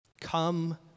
come